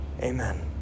Amen